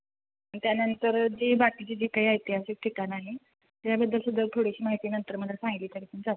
त्यानंतर जे बाकीचे जे काही ऐतिहासिक ठिकाणं आहे त्याबद्दलसुद्धा थोडीशी माहिती नंतर मला सांगितली तरी पण चालेल